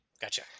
gotcha